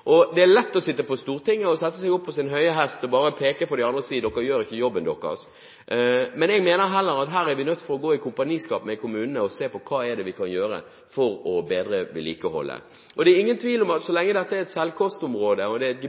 og vedlikehold. Det er lett å sitte på Stortinget og sette seg på sin høye hest og bare peke på de andre og si: Dere gjør ikke jobben deres. Jeg mener at vi heller er nødt til å gå i kompaniskap med kommunene og se på hva vi kan gjøre for å bedre vedlikeholdet. Det er ingen tvil om at så lenge dette er et